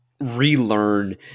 relearn